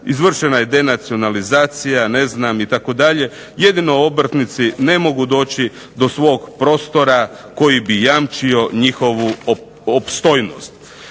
izvršena je denacionalizacija ne znam itd. jedino obrtnici ne mogu doći do svog prostora koji bi jamčio njihovu opstojnost.